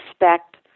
respect